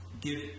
Give